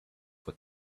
for